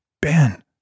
Ben